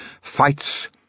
fights